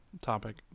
topic